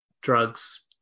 drugs